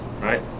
Right